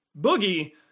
Boogie